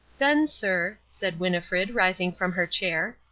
then, sir, said winnifred, rising from her chair,